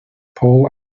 paul